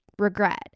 regret